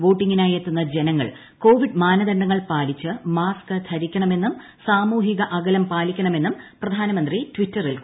വോട്ടിംഗിനായി എത്തുന്ന ജനങ്ങൾ കൊവിഡ് മാനദൃണ്ണ്ട്ങൾ പാലിച്ച് മാസ്ക് ധരിക്കണമെന്നും സാമൂഹികൃ അകലം പാലിക്കണമെന്നും പ്രധാനമന്ത്രി ട്വിറ്ററിൽ കുപിട്ടു